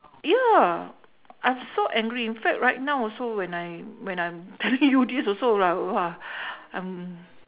ya I was so angry in fact right now also when I when I'm telling you this also lah I'm